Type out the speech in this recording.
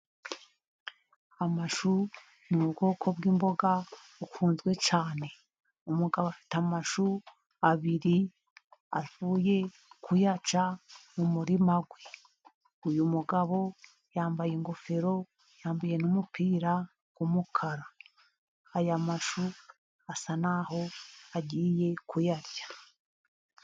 Amashu n'ubwoko bw'imboga bukunzwe cyane, umugabo afite amashu abiri avuye kuyaca mu murima we, uyu mugabo yambaye ingofero, yambaye n'umupira w'umukara, aya mashu asa naho agiye kuyarya.